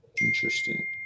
Interesting